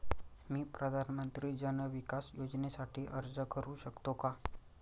मी प्रधानमंत्री जन विकास योजनेसाठी अर्ज करू शकतो का?